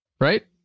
right